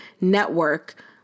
network